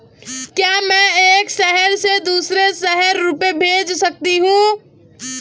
क्या मैं एक शहर से दूसरे शहर रुपये भेज सकती हूँ?